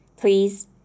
please